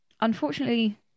Unfortunately